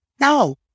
No